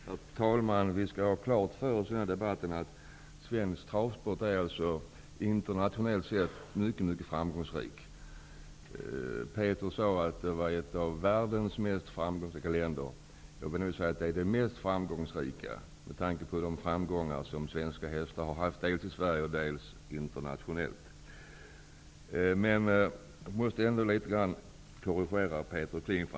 Herr talman! Vi skall ha klart för oss i debatten att svensk travsport internationellt sett är mycket framgångsrik. Peter Kling sade att Sverige var ett av världens mest framgångsrika länder. Jag vill säga att det är det mest framgångsrika, med tanke på de framgångar som svenska hästar har haft dels i Jag måste ändå korrigera Peter Kling litet.